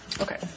Okay